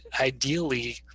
ideally